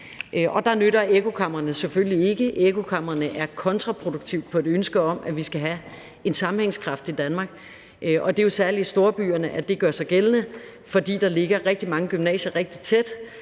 af. Der gavner ekkokamre selvfølgelig ikke, ekkokamrene er kontraproduktive i forhold til et ønske om, at vi skal have en sammenhængskraft i Danmark. Det er jo særlig i storbyerne, det gør sig gældende, fordi der dér ligger rigtig mange gymnasier rigtig tæt,